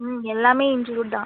ம் எல்லாமே தான்